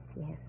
Yes